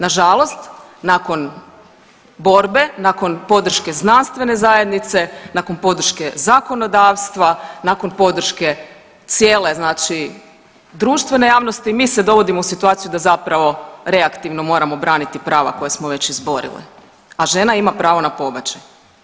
Nažalost nakon borbe, nakon podrške znanstvene zajednice, nakon podrške zakonodavstva, nakon podrške cijele znači društvene javnosti, mi se dovodimo u situaciju da zapravo reaktivno moramo braniti prava koja smo već izborile, a žena ima pravo na pobačaj.